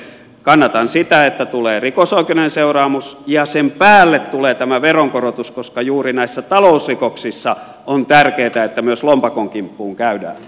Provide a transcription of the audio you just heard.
kannatan sitä että tulee rikosoikeudellinen seuraamus ja sen päälle tulee tämä veronkorotus koska juuri näissä talousrikoksissa on tärkeätä että myös lompakon kimppuun käydään